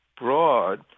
broad